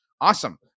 awesome